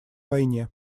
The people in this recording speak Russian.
войне